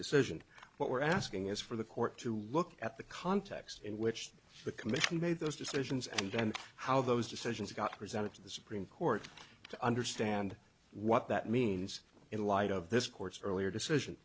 decision what we're asking is for the court to look at the context in which the commission made those decisions and how those decisions got presented to the supreme court to understand what that means in light of this court's earlier decision